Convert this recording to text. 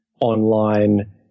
online